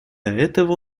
этого